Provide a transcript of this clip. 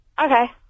Okay